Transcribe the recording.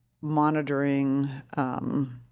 monitoring